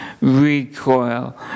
recoil